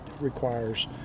requires